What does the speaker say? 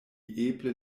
eble